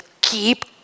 Keep